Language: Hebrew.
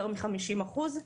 יותר מ-50 אחוזים.